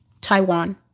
Taiwan